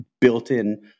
built-in